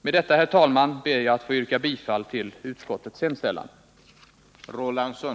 Med detta, herr talman, ber jag att få yrka bifall till utskottets hemställan.